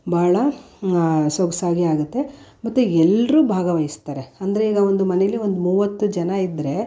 ಬಹಳ ಸೊಗಸಾಗಿ ಆಗುತ್ತೆ ಮತ್ತೆ ಎಲ್ಲರೂ ಭಾಗವಹಿಸ್ತಾರೆ ಅಂದರೆ ಈಗ ಒಂದು ಮನೇಲಿ ಒಂದು ಮೂವತ್ತು ಜನ ಇದ್ದರೆ